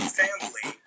family